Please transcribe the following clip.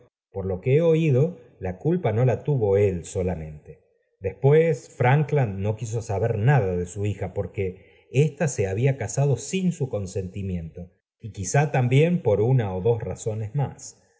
por lo que be oído la culpa fio la tuvo él solamente después erankland no quiso saber nada de su hija porque ésta se había casado sin su consentimiento y quizá también por una ó dos razones más